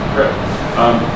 Great